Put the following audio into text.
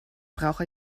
brauche